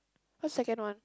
what second one